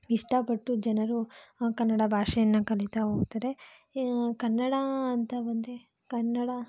ಇಷ್ಟಪಟ್ಟು ಜನರು ಕನ್ನಡ ಭಾಷೆಯನ್ನು ಕಲಿತಾ ಹೋಗ್ತಾರೆ ಕನ್ನಡ ಅಂತ ಬಂದರೆ ಕನ್ನಡ